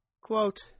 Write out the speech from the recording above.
Quote